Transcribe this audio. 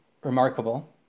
remarkable